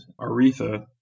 Aretha